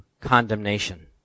condemnation